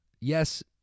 yes